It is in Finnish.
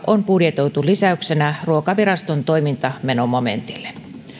on budjetoitu lisäyksenä ruokaviraston toimintamenomomentille